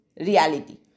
reality